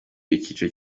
icyiciro